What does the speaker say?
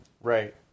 right